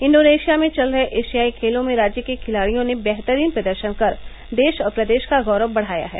Indonesia में चल रहे एशियाई खेलों में राज्य के खिलाड़ियों ने बेहतरीन प्रदर्शन कर देश और प्रदेश का गौरव बढ़ाया है